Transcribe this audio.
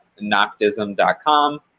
Noctism.com